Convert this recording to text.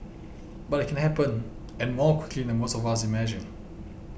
but it can happen and more quickly than most of us imagine